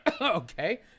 okay